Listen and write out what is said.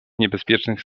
niebezpiecznych